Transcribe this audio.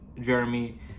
Jeremy